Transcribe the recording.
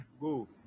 go